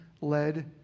led